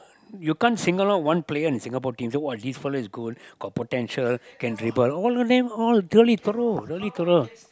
you can't single out one player in Singapore team so what this fellow is gold got potential can dribble all of them all really troll really troll